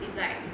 is like